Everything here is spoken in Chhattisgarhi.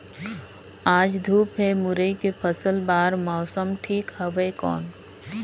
आज धूप हे मुरई के फसल बार मौसम ठीक हवय कौन?